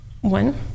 One